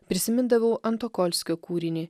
prisimindavau antokolskio kūrinį